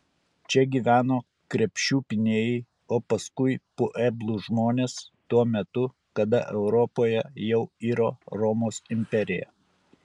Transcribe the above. čia gyveno krepšių pynėjai o paskui pueblų žmonės tuo metu kada europoje jau iro romos imperija